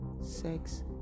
sex